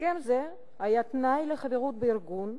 הסכם זה היה תנאי לחברות בארגון,